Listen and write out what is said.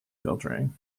filtering